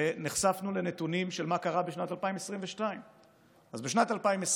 נחשפנו לנתונים של מה קרה בשנת 2022. אז בשנת 2022,